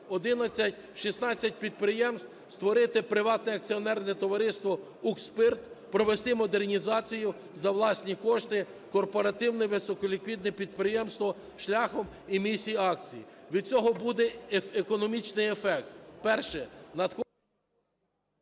16 підприємств - створити приватне акціонерне товариство "Укрспирт", провести модернізацію за власні кошти, корпоративне високоліквідне підприємство шляхом емісії акцій. Від цього буде економічний ефект.